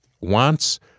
wants